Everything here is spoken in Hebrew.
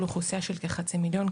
אוכלוסייה של כחצי מיליון,